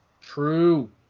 True